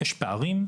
יש פערים.